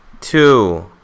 Two